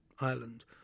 Ireland